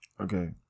Okay